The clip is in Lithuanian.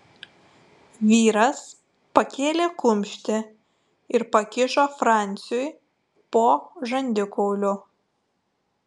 vyras pakėlė kumštį ir pakišo franciui po žandikauliu